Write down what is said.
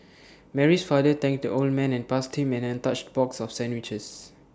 Mary's father thanked the old man and passed him an untouched box of sandwiches